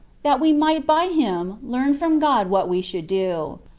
that we might by him learn from god what we should do.